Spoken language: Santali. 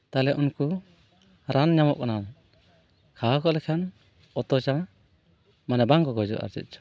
ᱛᱟᱦᱚᱞᱮ ᱩᱱᱠᱩ ᱨᱟᱱ ᱧᱟᱢᱚᱜ ᱠᱟᱱᱟ ᱠᱷᱟᱣᱟ ᱠᱚ ᱞᱮᱠᱷᱟᱱ ᱚᱛᱷᱚᱪᱚ ᱢᱟᱱᱮ ᱵᱟᱝᱠᱚ ᱜᱚᱡᱚᱜᱼᱟ ᱪᱮᱫ ᱪᱚᱝ